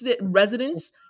residents